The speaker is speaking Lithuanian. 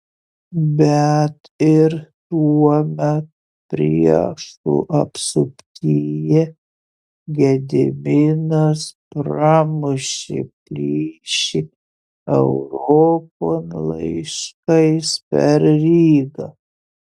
bet ir tuomet priešų apsuptyje gediminas pramušė plyšį europon laiškais per rygą